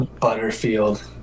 Butterfield